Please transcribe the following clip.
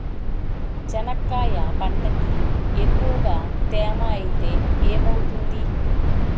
చెనక్కాయ పంటకి ఎక్కువగా తేమ ఐతే ఏమవుతుంది?